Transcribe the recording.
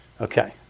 Okay